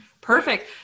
perfect